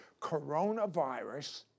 Coronavirus